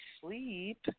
sleep